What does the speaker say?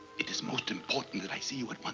it is most important that i see you at once.